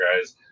guys